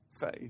faith